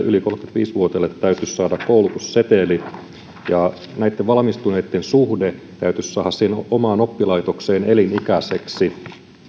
yli kolmekymmentäviisi vuotiaille täytyisi saada koulutusseteli ja valmistuneitten suhde omaan oppilaitokseen täytyisi saada elinikäiseksi